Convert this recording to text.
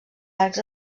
arcs